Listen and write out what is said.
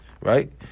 right